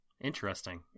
interesting